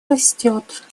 растет